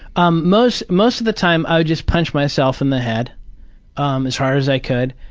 um most most of the time i would just punch myself in the head um as hard as i could.